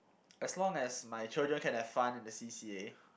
as long as my children can have fun in the C_C_A